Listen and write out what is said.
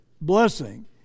blessing